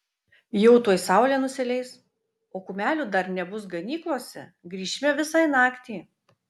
jau tuoj saulė nusileis o kumelių dar nebus ganyklose grįšime visai naktį